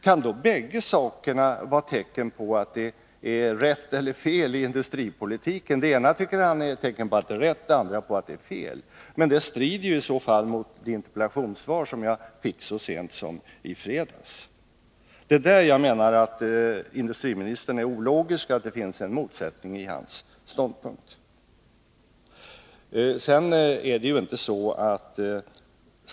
Kan då båda sakerna vara tecken på att industripolitiken är rätt eller fel? Det ena tycker han är ett tecken på att den är rätt, det andra på att den är fel. Men det strider i så fall mot det interpellationssvar som jag fick så sent som i fredags. Jag menar alltså att industriministern här är ologisk och att det finns en motsättning i hans ståndpunkter.